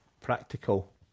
practical